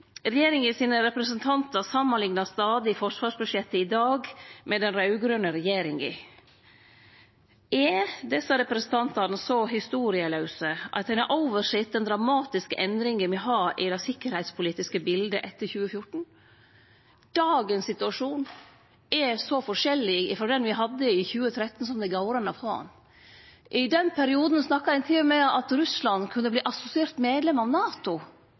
Regjeringa sine representantar samanliknar stadig forsvarsbudsjettet i dag med budsjetta til den raud-grøne regjeringa. Er desse representantane så historielause at dei har oversett dei dramatiske endringane me har hatt i det sikkerheitspolitiske biletet etter 2014? Dagens situasjon er så forskjellig frå han me hadde i 2013 som det går an å få han. I den perioden snakka ein til og med om at Russland kunne verte assosiert medlem av NATO.